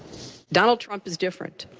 donald trump is different.